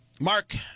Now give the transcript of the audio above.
mark